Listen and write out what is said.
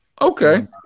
Okay